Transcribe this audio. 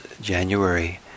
January